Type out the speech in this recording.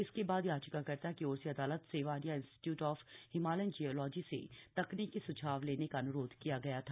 इसके बाद याचिकाकर्ता की ओर से अदालत से Wadia institute of Himalayan geology से तकनीकी सुझाव लेने का अन्रोध किया गया था